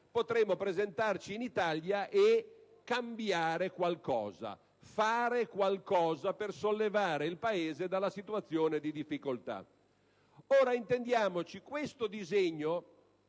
potremo presentarci in Italia e cambiare qualcosa, fare qualcosa per sollevare il Paese dalla situazione di difficoltà. Ora, per intenderci, questo disegno